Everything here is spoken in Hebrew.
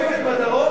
השקט בדרום או, לצפון?